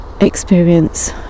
experience